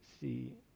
see